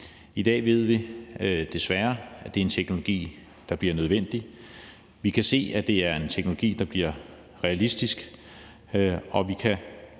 I dag ved vi desværre, at det er en teknologi, der bliver nødvendig. Vi kan se, at det er en teknologi, der bliver realistisk,